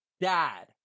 dad